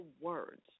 words